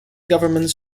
governments